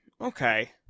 okay